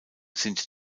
sind